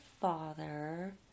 father